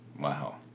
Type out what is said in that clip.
Wow